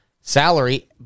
salary